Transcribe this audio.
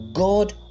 God